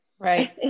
Right